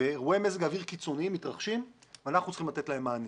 ואירועי מזג אוויר קיצוניים מתרחשים ואנחנו צריכים לתת להם מענה.